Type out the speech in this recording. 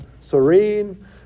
serene